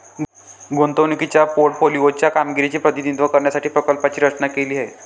गुंतवणुकीच्या पोर्टफोलिओ च्या कामगिरीचे प्रतिनिधित्व करण्यासाठी प्रकल्पाची रचना केली आहे